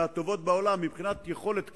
מהטובות בעולם, מבחינת יכולת כמויות,